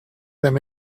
them